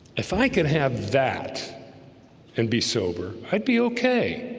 if i could have that and be sober i'd be okay